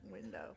window